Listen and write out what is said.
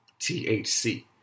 THC